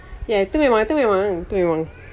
ya tu memang tu memang tu memang